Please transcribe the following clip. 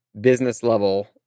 business-level